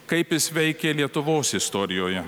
kaip jis veikė lietuvos istorijoje